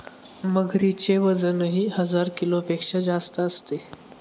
मगरीचे वजनही हजार किलोपेक्षा जास्त असते